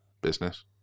business